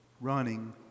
running